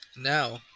Now